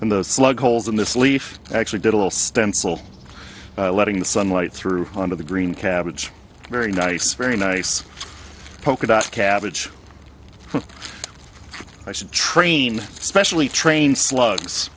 and the slug holes in this leaf actually did a little stencil letting the sunlight through one of the green cabbage very nice very nice polka dot cabbage i should train specially trained slugs